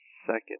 second